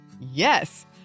Yes